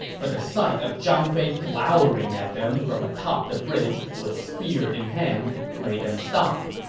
but the sight of zhang fei glowering at them from atop the bridge with spear in hand made them stop.